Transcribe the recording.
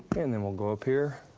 and then we'll go up here.